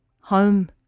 Home